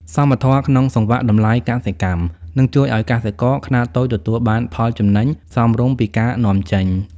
សមធម៌ក្នុងសង្វាក់តម្លៃកសិកម្ម នឹងជួយឱ្យកសិករខ្នាតតូចទទួលបានផលចំណេញសមរម្យពីការនាំចេញ។